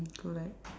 correct